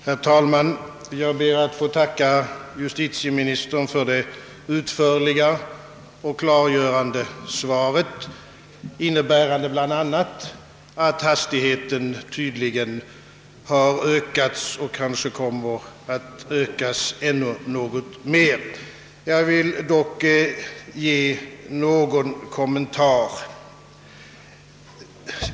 Herr talman! Jag ber att få tacka justitieministern för det utförliga och klargörande svaret, innebärande bl.a. att hastigheten vid handläggningen av medborgarskapsärenden tydligen har ökat och kanske kommer att ökas ännu något mer. Jag vill dock göra någon kommentar.